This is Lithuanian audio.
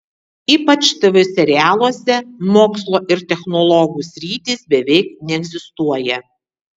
ypač tv serialuose mokslo ir technologų sritys beveik neegzistuoja